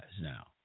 now